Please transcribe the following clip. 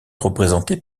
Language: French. représenté